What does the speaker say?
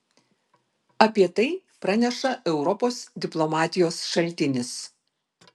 apie tai praneša europos diplomatijos šaltinis